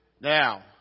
Now